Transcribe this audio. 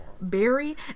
Barry